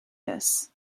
this